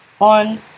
on